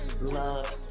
love